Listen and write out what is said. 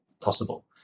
possible